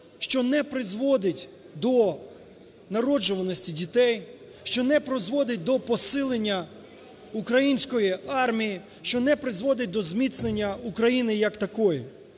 що не призводить до народжуваності дітей, що не призводить до посилення української армії, що не призводить до зміцнення України як такої?